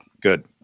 good